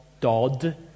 Dodd